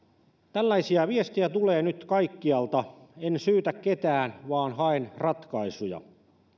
tällaisia viestejä tulee nyt kaikkialta en syytä ketään vaan haen ratkaisuja